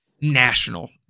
national